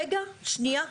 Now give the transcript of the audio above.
רגע שנייה,